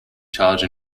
charge